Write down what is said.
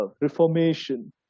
Reformation